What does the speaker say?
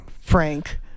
frank